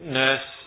nurse